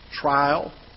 trial